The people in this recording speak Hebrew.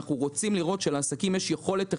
אנחנו רוצים לראות שלעסקים יש יכולת החזר,